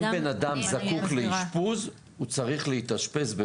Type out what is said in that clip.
אם בן אדם זקוק לאשפוז, הוא צריך להתאשפז.